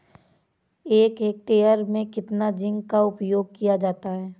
एक हेक्टेयर में कितना जिंक का उपयोग किया जाता है?